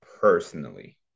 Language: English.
personally